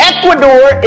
Ecuador